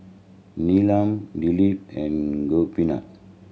Neelam Dilip and Gopinath